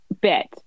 bit